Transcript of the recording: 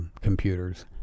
computers